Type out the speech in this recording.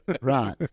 Right